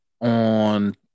on